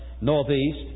northeast